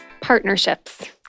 Partnerships